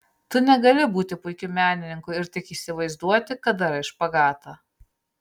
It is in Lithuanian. tu negali būti puikiu menininku ir tik įsivaizduoti kad darai špagatą